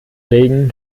regen